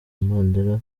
mandela